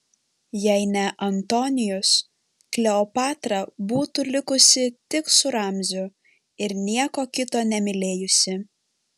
jei ne antonijus kleopatra būtų likusi tik su ramziu ir nieko kito nemylėjusi